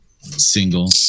single